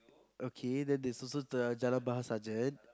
okay then there's also the Jalan-Bahar sergeant